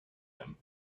him